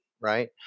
Right